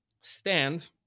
stand